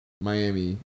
Miami